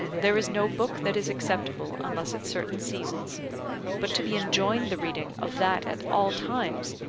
there is no book that is acceptable unless at certain seasons but to be enjoined the reading of that at all times,